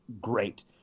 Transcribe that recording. great